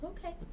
Okay